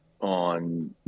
on